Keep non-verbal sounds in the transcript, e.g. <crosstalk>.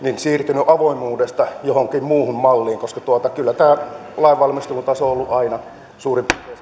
siirtynyt avoimuudesta johonkin muuhun malliin koska kyllä tämä lainvalmistelun taso on ollut aina suurin piirtein <unintelligible>